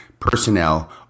Personnel